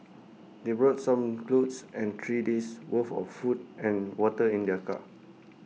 they brought some clothes and three days' worth of food and water in their car